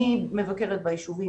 אני מבקרת ביישובים,